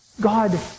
God